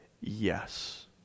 yes